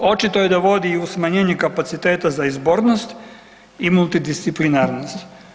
Očito je da vodi i u smanjenje kapaciteta za izbornost i multidisciplinarnost.